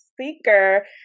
speaker